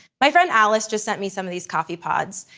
my friend alice just sent me some of these coffee pods,